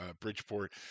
Bridgeport